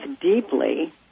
deeply